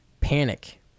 Panic